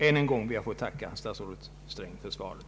Än en gång ber jag att få tacka statsrådet Sträng för svaret.